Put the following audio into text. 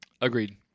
Agreed